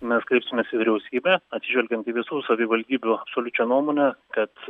mes kreipsimės į vyriausybę atsižvelgiant į visų savivaldybių absoliučią nuomonę kad